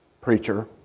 preacher